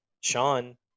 Sean